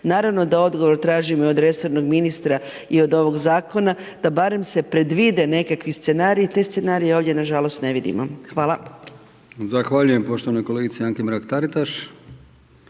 Naravno da odgovor tražimo i od resornog ministra i od ovog zakona da barem se predvide nekakvi scenariji i te scenarije ovdje nažalost ne vidimo. Hvala. **Brkić, Milijan (HDZ)** Zahvaljujem poštovanoj kolegici Anki Mrak-Taritaš.